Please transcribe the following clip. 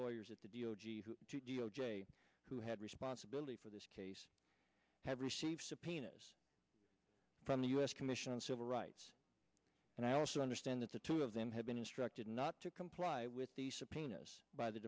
lawyers at the d o g who d o j who had responsibility for this case have received subpoenas from the u s commission on civil rights and i also understand that the two of them have been instructed not to comply with the subpoenas by the